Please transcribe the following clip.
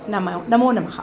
नमो नमः